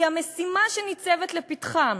כי המשימה שניצבת לפתחם,